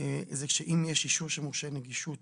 זה שאם יש אישור של מורשה נגישות